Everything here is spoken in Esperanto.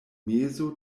mezo